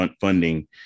funding